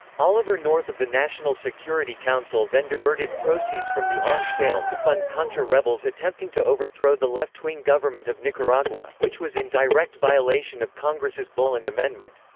oliver north of the national security council then diverted proceeds from the arms sale to fund contra rebels attempting to overthrow the left-wing government of nicaragua, which was in direct violation of congress' boland amendment.